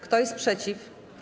Kto jest przeciw?